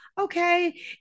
okay